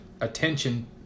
attention